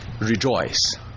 rejoice